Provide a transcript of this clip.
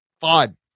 fun